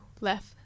left